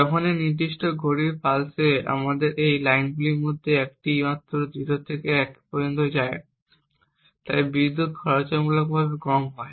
যখন এই নির্দিষ্ট ঘড়ির পালসে আমাদের এই লাইনগুলির মধ্যে একটি মাত্র 0 থেকে 1 পর্যন্ত যাচ্ছে এবং তাই বিদ্যুৎ খরচ তুলনামূলকভাবে কম হবে